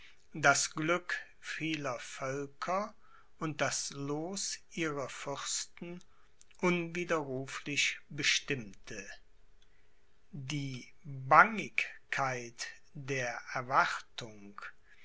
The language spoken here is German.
das glück vieler völker und das loos ihrer fürsten unwiderruflich bestimmte die bangigkeit der erwartung